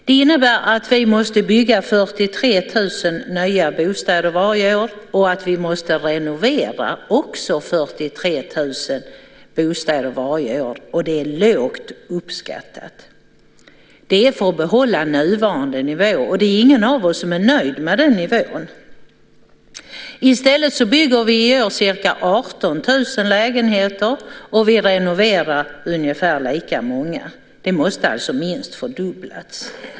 Det innebär att vi måste bygga 43 000 nya bostäder och att vi också måste renovera 43 000 bostäder varje år. Det är en låg uppskattning. Detta är för att behålla nuvarande nivå, och det är ingen av oss som är nöjd med den nivån. I stället bygger vi i år ca 18 000 lägenheter och renoverar ungefär lika många. Det måste alltså minst fördubblas.